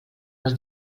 els